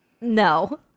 no